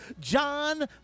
John